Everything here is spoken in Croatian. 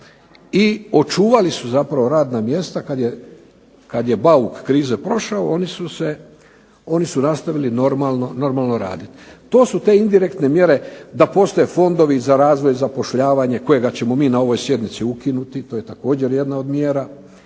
i očuvali su zapravo radna mjesta. Kad je bauk krize prošao oni su nastavili normalno raditi. To su te indirektne mjere da postoje fondovi za razvoj, zapošljavanje, kojega ćemo mi na ovoj sjednici ukinuti. To je također jedna od mjera.